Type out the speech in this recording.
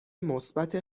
مثبت